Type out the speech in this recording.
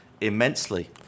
immensely